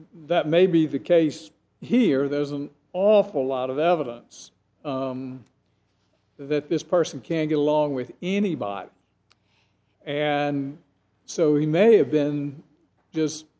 that may be the case here there's an awful lot of evidence that this person can't get along with anybody and so he may have been just